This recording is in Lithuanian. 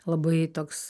labai toks